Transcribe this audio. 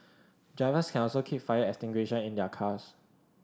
drivers can also keep fire extinguisher in their cars